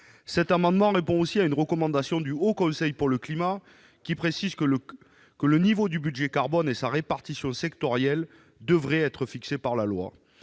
Cet amendement répond aussi à une recommandation du Haut Conseil pour le climat, qui précise que « le niveau du budget carbone et sa répartition sectorielle devraient être fixés par la loi